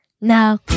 No